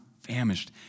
famished